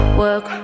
work